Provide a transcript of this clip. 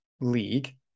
league